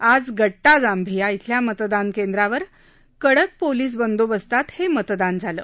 आज गट्टाजांभिया इथल्या मतदान केंद्रावर कडक पोलिस बंदोबस्तात हे मतदान झालं